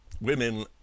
Women